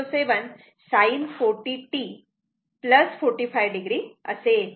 07 sin 40 t 45 o असे येते